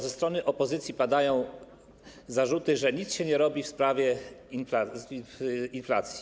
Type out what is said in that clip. Ze strony opozycji padają zarzuty, że nic się nie robi w sprawie inflacji.